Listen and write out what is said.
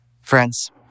Friends